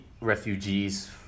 refugees